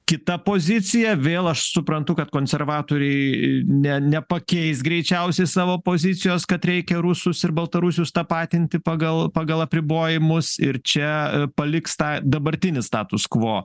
kita pozicija vėl aš suprantu kad konservatoriai ne nepakeis greičiausiai savo pozicijos kad reikia rusus ir baltarusius tapatinti pagal pagal apribojimus ir čia paliks tą dabartinį status kvo